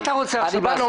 מה אתה רוצה עכשיו לעשות?